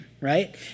right